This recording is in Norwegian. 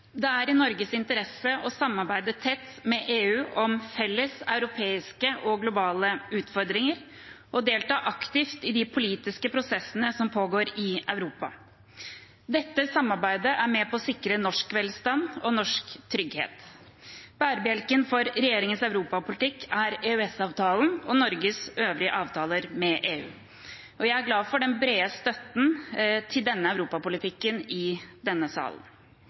Det er i Norges interesse å samarbeide tett med EU om felles europeiske og globale utfordringer og å delta aktivt i de politiske prosessene som pågår i Europa. Dette samarbeidet er med på å sikre norsk velstand og norsk trygghet. Bærebjelken for regjeringens europapolitikk er EØS-avtalen og Norges øvrige avtaler med EU, og jeg er glad for den brede støtten til denne europapolitikken i denne salen.